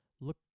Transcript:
look